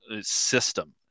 system